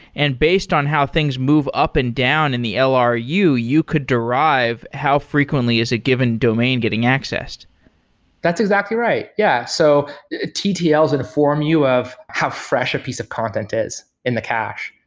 and based on how things move up and down in the lru, you you could derive how frequently is a given domain getting accessed that's exactly right. yeah. so ttls inform you of how fresh a piece of content is in the cache.